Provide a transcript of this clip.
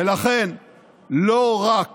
ולכן לא רק